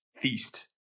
feast